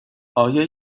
آیا